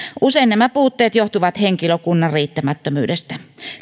usein nämä puutteet johtuvat henkilökunnan riittämättömyydestä